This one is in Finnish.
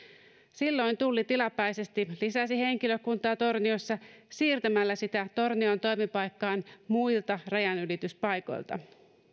silloin tulli tilapäisesti lisäsi henkilökuntaa torniossa siirtämällä sitä tornion toimipaikkaan muilta rajanylityspaikoilta